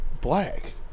Black